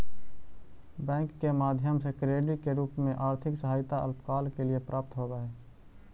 bank के माध्यम से क्रेडिट के रूप में आर्थिक सहायता अल्पकाल के लिए प्राप्त होवऽ हई